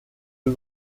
eût